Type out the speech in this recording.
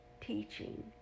teaching